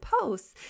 posts